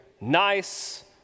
nice